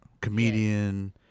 Comedian